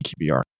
QBR